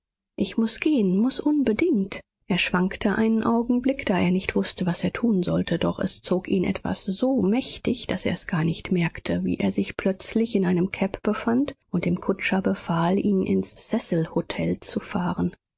ich muß gehen muß unbedingt er schwankte einen augenblick da er nicht wußte was er tun sollte doch es zog ihn etwas so mächtig daß er es gar nicht merkte wie er sich plötzlich in einem cab befand und dem kutscher befahl ihn ins cecilhotel zu fahren